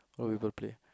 what people play